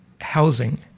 housing